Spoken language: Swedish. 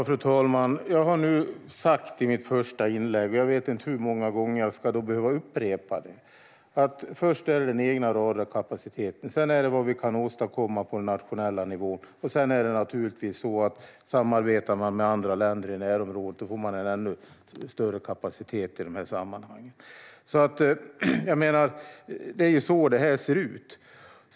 Fru talman! Jag har sagt i mitt första inlägg - och jag vet inte hur många gånger jag ska behöva upprepa det - att det först är den egna radarkapaciteten. Sedan är det vad vi kan åstadkomma på den nationella nivån. Om man sedan samarbetar med andra länder i närområdet får man en ännu större kapacitet i sammanhangen. Det är så det ser ut.